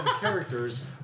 characters